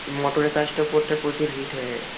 মোটরের কাছটা উপরটা প্রচুর হিট হয়ে গেছে